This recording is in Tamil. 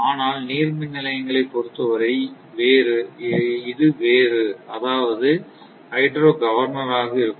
ஆனால் நீர்மின் நிலையங்களை பொருத்தவரை இது வேறு அதாவது ஹைட்ரோ கவர்னராக இருக்கும்